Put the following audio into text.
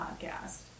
podcast